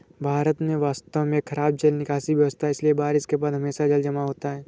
भारत में वास्तव में खराब जल निकासी व्यवस्था है, इसलिए बारिश के बाद हमेशा जलजमाव होता है